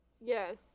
Yes